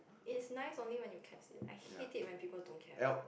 it's nice only when you caps it I hate it when people don't caps